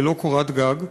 ללא קורת גג.